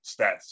stats